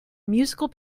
musical